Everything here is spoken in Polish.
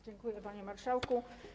Dziękuję, panie marszałku.